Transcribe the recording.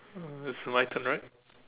uh it's my turn right